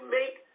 make